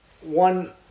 one